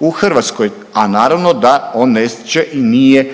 u Hrvatskoj, a naravno da on neće i nije